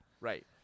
Right